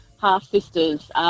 half-sisters